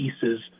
pieces